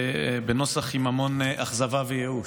בנוסח עם המון אכזבה וייאוש.